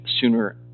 Sooner